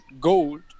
gold